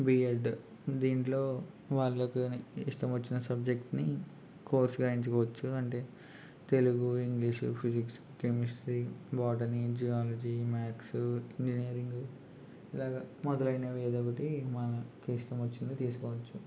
BEd దీంట్లో వాళ్ళకు కానీ ఇష్టం వచ్చిన సబ్జెక్ట్ని కోర్సుగా ఎంచుకోవచ్చు అంటే Telugu English physics chemistry botany zoology maths engineering ఇలాగ మొదలైనవి ఏదో ఒకటి మనకు ఇష్టం వచ్చింది తీసుకోవచ్చు